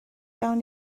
gawn